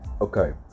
Okay